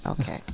Okay